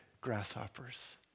grasshoppers